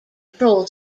control